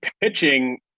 pitching –